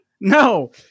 No